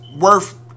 worth